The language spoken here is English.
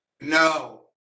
No